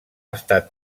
estat